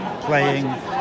playing